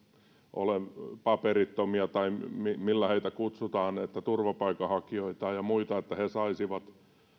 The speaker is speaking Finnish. olevat paperittomat tai miksi heitä kutsutaan turvapaikanhakijoita ja muita saisivat